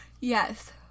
Yes